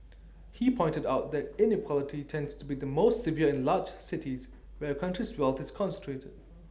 he pointed out that inequality tends to be the most severe in large cities where A country's wealth is concentrated